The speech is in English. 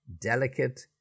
delicate